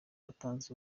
atanze